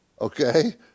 okay